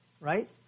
right